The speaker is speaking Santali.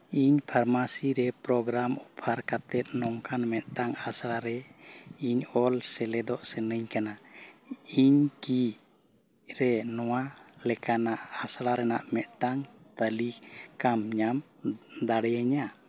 ᱤᱧ ᱯᱷᱟᱨᱢᱟᱥᱤ ᱨᱮ ᱯᱨᱳᱜᱽᱨᱟᱢ ᱚᱯᱷᱟᱨ ᱠᱟᱛᱮᱫ ᱱᱚᱝᱠᱟᱱ ᱢᱤᱫᱴᱟᱝ ᱟᱥᱲᱟ ᱨᱮ ᱤᱧ ᱚᱞ ᱥᱮᱞᱮᱫᱚᱜ ᱥᱟᱱᱟᱧ ᱠᱟᱱᱟ ᱤᱧ ᱠᱤ ᱨᱮ ᱱᱚᱣᱟ ᱞᱮᱠᱟᱱᱟᱜ ᱟᱥᱲᱟ ᱨᱮᱱᱟᱜ ᱢᱤᱫᱴᱟᱱ ᱛᱟᱹᱞᱤᱠᱟᱢ ᱧᱟᱢ ᱫᱟᱲᱮᱭᱟᱹᱧᱟ